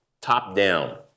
Top-down